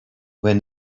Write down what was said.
when